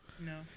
no